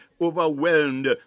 overwhelmed